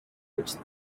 which